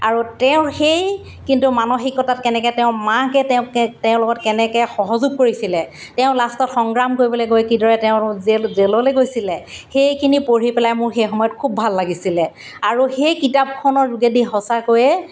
আৰু তেওঁৰ সেই কিন্তু মানসিকতাত কেনেকৈ তেওঁ মাকে তেওঁ কে তেওঁৰ লগত কেনেকৈ সহযোগ কৰিছিলে তেওঁ লাষ্টত সংগ্ৰাম কৰিবলৈ গৈ কিদৰে তেওঁ জেল জেললৈ গৈছিলে সেইখিনি পঢ়ি পেলাই মোৰ সেই সময়ত খুব ভাল লাগিছিলে আৰু সেই কিতাপখনৰ যোগেদি সঁচাকৈয়ে